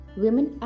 women